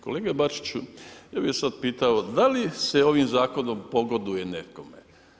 Kolega Bačiću, ja bih vas sada pitao, da li se ovim zakonom pogoduje nekome?